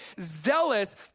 zealous